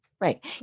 Right